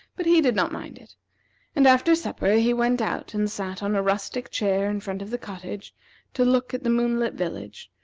but he did not mind it and after supper he went out and sat on a rustic chair in front of the cottage to look at the moonlit village,